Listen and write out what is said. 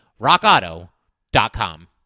RockAuto.com